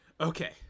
Okay